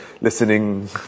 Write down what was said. listening